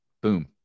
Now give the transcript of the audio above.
Boom